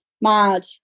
mad